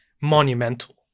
monumental